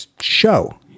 show